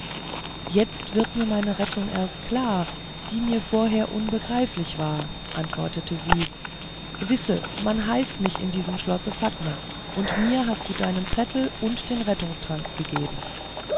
jetzt wird mir meine rettung erst klar die mir vorher unbegreiflich war antwortete sie wisse man hieß mich in jenem schlosse fatme und mir hast du deinen zettel und den rettungstrank gegeben